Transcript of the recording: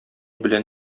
белән